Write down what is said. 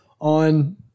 on